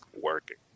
working